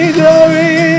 glory